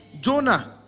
Jonah